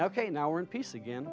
ok now we're in peace again